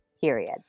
period